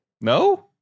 No